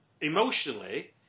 emotionally